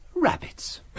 Rabbits